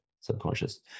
subconscious